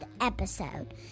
episode